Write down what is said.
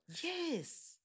yes